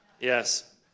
Yes